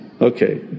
Okay